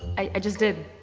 i just did.